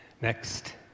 Next